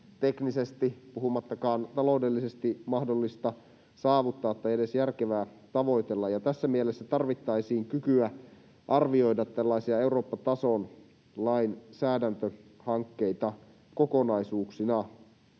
teknisesti, puhumattakaan taloudellisesti, mahdollista saavuttaa tai edes järkevää tavoitella, ja tässä mielessä tarvittaisiin kykyä arvioida tällaisia Eurooppa-tason lainsäädäntöhankkeita kokonaisuuksina.